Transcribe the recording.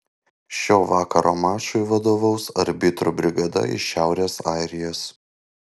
šio vakaro mačui vadovaus arbitrų brigada iš šiaurės airijos